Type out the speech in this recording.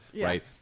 right